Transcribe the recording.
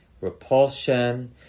Repulsion